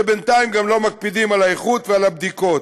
ובינתיים גם לא מקפידים על האיכות ועל הבדיקות.